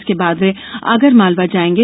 इसके बाद वे आगरमालवा जायेंगे